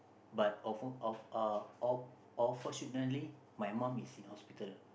but of uh of uh unfortunately my mum is in hospital